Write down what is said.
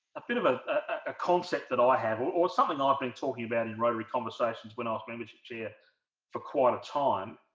a bit of ah a concept that i have or something i've been talking about in rotary conversations when our membership chair for quite a time